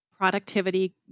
productivity